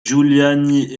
giuliani